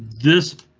this.